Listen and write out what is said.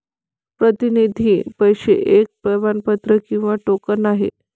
प्रतिनिधी पैसे एक प्रमाणपत्र किंवा टोकन आहे